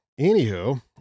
anywho